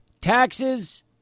taxes